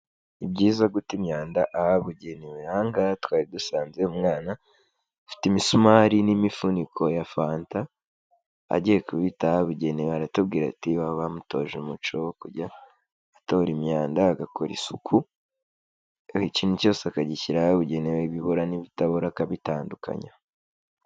Ni byiza guta imyanda ahabugenewe. Aha ngaha twari dusanze umwana afite imisumari n'imifuniko ya fanta, agiye kubita ahabugenewe aratubwira ati: iwabo bamutoje umuco wo kujya, atora imyanda agakora isuku, ikintu cyose akagishyira ahabugenewe ibibora n'ibitabora akabitandukanya.